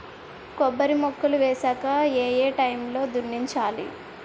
కొబ్బరి మొక్కలు వేసాక ఏ ఏ టైమ్ లో దున్నించాలి?